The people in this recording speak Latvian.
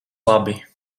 labi